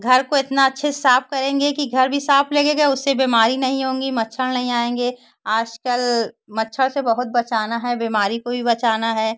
घर को इतना अच्छे से साफ करेंगे कि घर भी साफ लगेगा उससे बिमारी नहीं होंगी मच्छर नहीं आएँगे आज कल मच्छर से बहुत बचाना है बिमारी को भी बचाना है